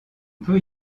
peut